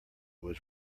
was